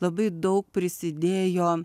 labai daug prisidėjo